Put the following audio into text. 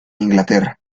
inglaterra